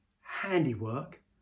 handiwork